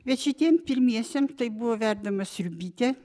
bet šitiem pirmiesiem tai buvo verdama sriubytė